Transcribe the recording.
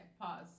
pause